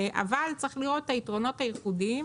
אבל צריך לראות את היתרונות הייחודיים